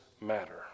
matter